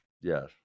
Yes